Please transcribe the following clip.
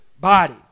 body